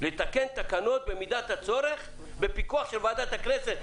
לתקן תקנות במידת הצורך בפיקוח של ועדת הכלכלה של הכנסת.